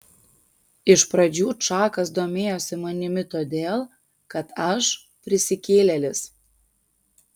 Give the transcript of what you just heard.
iš pradžių čakas domėjosi manimi todėl kad aš prisikėlėlis